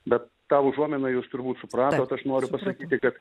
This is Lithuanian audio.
bet tą užuominą jūs turbūt supratot aš noriu pasakyti kad